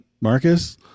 Marcus